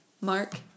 Mark